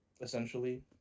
essentially